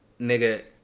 Nigga